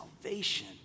salvation